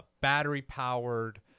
battery-powered